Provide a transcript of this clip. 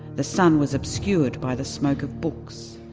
the sun was obscured by the smoke of books,